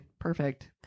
perfect